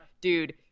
dude